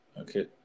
Okay